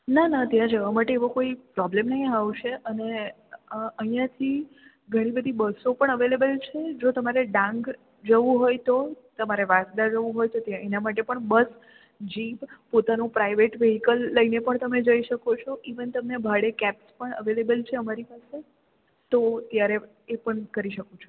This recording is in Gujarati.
ના ના ત્યાં જવા માટે એવો કોઈ પ્રોબલેમ નહીં આવશે અને અહીંયાથી ઘણી બધી બસો પણ અવેલેબલ છે જો તમારે ડાંગ જવું હોય તો તમારે વાંસદા જવું હોય તો એના માટે પણ બસ જીપ પોતાનું પ્રાઇવેટ વ્હીકલ લઈને પણ તમે જઈ શકો છો ઇવન તમને ભાડે કેબ પણ અવેલેબલ છે અમારી પાસે તો ત્યારે એ પણ કરી શકો છો તમે